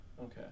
Okay